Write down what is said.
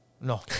No